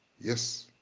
yes